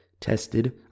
tested